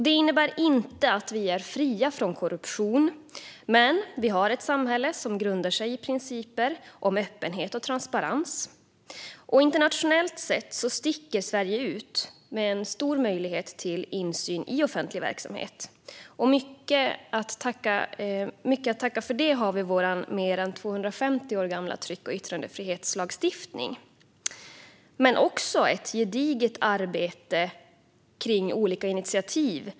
Det innebär inte att vi är fria från korruption, men vi har ett samhälle som grundar sig på principer om öppenhet och transparens. Internationellt sett sticker Sverige ut med stor möjlighet till insyn i offentlig verksamhet. Det har vi till stor del vår mer än 250 år gamla tryck och yttrandefrihetslagstiftning att tacka för. Men det har också funnits ett gediget arbete med olika initiativ.